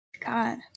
God